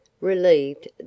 relieved